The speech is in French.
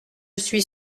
suis